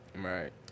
Right